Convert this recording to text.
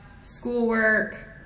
schoolwork